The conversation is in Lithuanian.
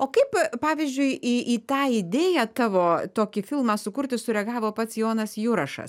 o kaip pavyzdžiui į į tą idėją tavo tokį filmą sukurti sureagavo pats jonas jurašas